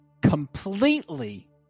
completely